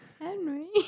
Henry